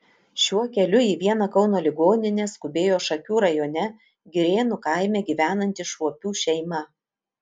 šiuo keliu į vieną kauno ligoninę skubėjo šakių rajone girėnų kaime gyvenanti šuopių šeima